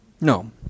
No